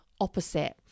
opposite